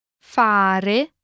Fare